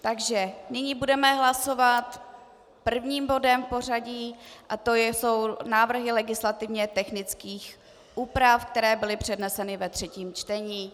Takže nyní budeme hlasovat prvním bodem v pořadí a to jsou návrhy legislativně technických úprav, které byly předneseny ve třetím čtení.